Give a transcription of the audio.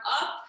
up